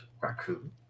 Raccoon